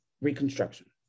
Reconstruction